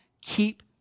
keep